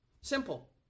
Simple